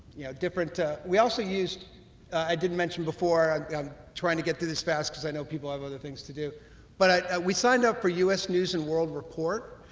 you know different we also used i didn't mention before i'm trying to get through this fast cuz i know people have other things to do but i we signed up for us news and world report.